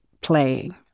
playing